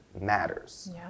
matters